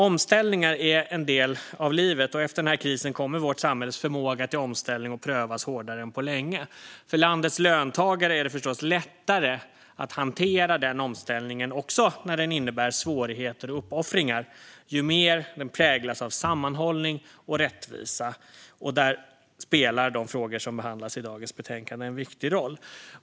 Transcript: Omställningar är en del av livet. Efter den här krisen kommer vårt samhälles förmåga till omställning att prövas hårdare än på länge. För landets löntagare är det förstås lättare att hantera den omställningen, också när den innebär svårigheter och uppoffringar, ju mer den präglas av sammanhållning och rättvisa. Där spelar de frågor som behandlas i dagens betänkande en viktig roll.